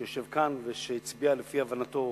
שיושב כאן ושהצביע לפי הבנתו.